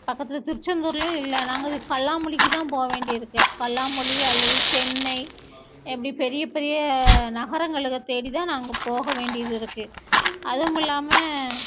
பக்கத்தில் திருச்செந்தூர்லையும் இல்லை நாங்கள் இந்த கல்லாமொழிக்கு தான் போ வேண்டியது இருக்கு கல்லாமொழி அல்லது சென்னை இப்படி பெரிய பெரிய நகரங்கள தேடி தான் நாங்கள் போக வேண்டியது இருக்கு அதுவும் இல்லாமல்